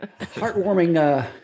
Heartwarming